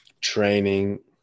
training